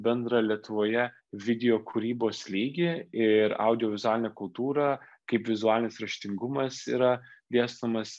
bendrą lietuvoje video kūrybos lygį ir audiovizualinę kultūrą kaip vizualinis raštingumas yra dėstomas